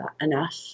enough